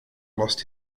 lost